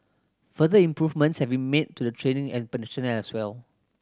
further improvements have been made to the training as personnel as well